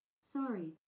Sorry